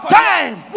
time